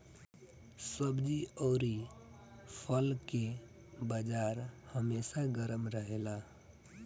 सब्जी अउरी फल के बाजार हमेशा गरम रहेला